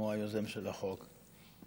הוא היוזם של החוק,